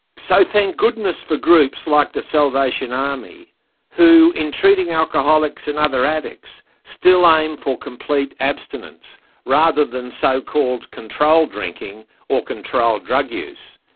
so thank goodness for groups like the salvation army who, in treating alcoholics and other addicts, still aim for complete abstinence rather than so-called controlled drinking or drug use.